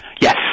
Yes